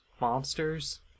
monsters